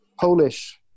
Polish